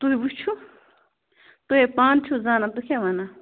تُہۍ وُچھِو تُہۍ ہَے پانہٕ چھُو زانان تُہۍ کیٛاہ ونان